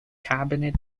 cabinet